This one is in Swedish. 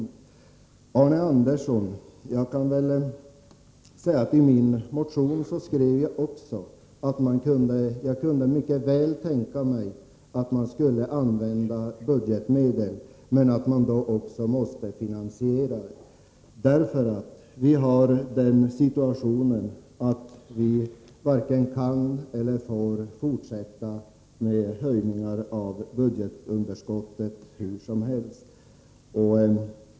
Till Arne Andersson i Ljung kan jag säga att jag i min motion också skrev att jag mycket väl kunde tänka mig att man skulle använda budgetmedel, men att man då också måste finansiera det. Vi befinner oss i en sådan situation att vi varken kan eller får fortsätta att öka budgetunderskottet hur som helst.